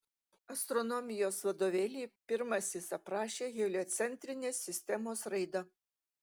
astronomijos vadovėlyje pirmasis aprašė heliocentrinės sistemos raidą